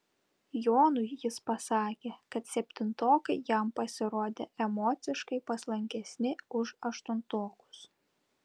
jonui jis pasakė kad septintokai jam pasirodė emociškai paslankesni už aštuntokus